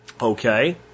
Okay